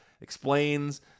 explains